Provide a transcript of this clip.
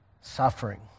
suffering